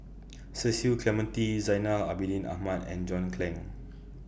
Cecil Clementi Zainal Abidin Ahmad and John Clang